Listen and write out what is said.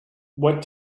what